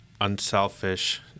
unselfish